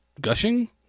gushing